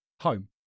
home